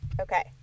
Okay